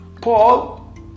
Paul